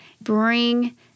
bring